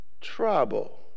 trouble